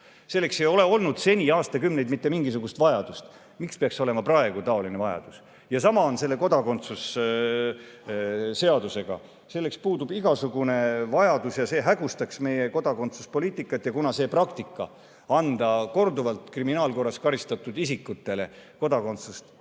Selleks ei ole olnud seni aastakümneid mitte mingisugust vajadust. Miks peaks olema praegu selline vajadus? Sama on kodakondsuse seadusega. Selleks puudub igasugune vajadus ja see hägustaks meie kodakondsuspoliitikat. Kuna see praktika, anda korduvalt kriminaalkorras karistatud isikutele kodakondsus,